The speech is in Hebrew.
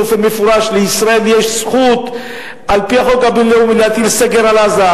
באופן מפורש: לישראל יש זכות על-פי החוק הבין-לאומי להטיל סגר על עזה,